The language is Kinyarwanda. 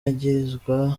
yagirizwa